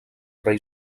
rei